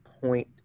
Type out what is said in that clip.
point